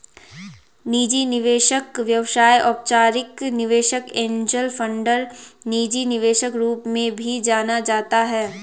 निजी निवेशक व्यवसाय अनौपचारिक निवेशक एंजेल फंडर निजी निवेशक रूप में भी जाना जाता है